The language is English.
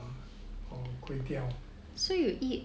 or kway teow